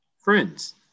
friends